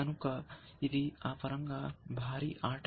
కనుక ఇది ఆ పరంగా భారీ ఆట